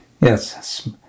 yes